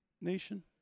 nation